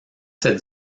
cette